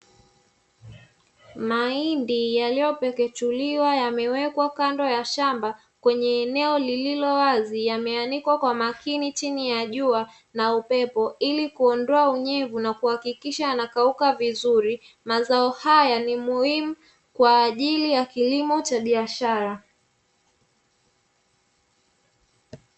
Mahindi yaliyo pukuchuliwa yamewekwa kando ya shamba kwenye eneo lililo wazi, yameanikwa kwa makini chini ya jua na upepo ili kuondoa unyevu na kuhakikisha yanakauka vizuri. Mazao haya ni muhimu kwaajili ya kilimo cha biashara.